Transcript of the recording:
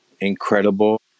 incredible